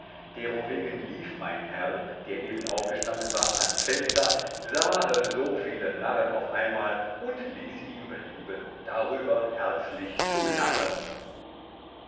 derowegen lief mein herr der eben aufgestanden war ans fenster sahe so viel narren auf einmal und ließe ihm belieben darüber herzlich zu lachen